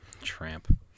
Tramp